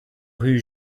rue